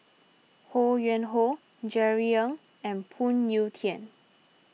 Ho Yuen Hoe Jerry Ng and Phoon Yew Tien